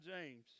James